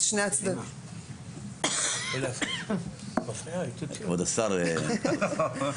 ראיתי דוגמאות כאלה וכאלה.